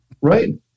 right